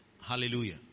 Hallelujah